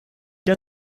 der